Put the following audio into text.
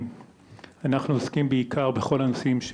אנחנו עוסקים בעיקר בכל הנושאים,